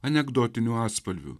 anekdotinių atspalvių